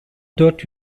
dört